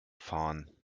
fahren